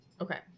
Okay